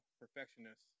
perfectionist